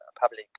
public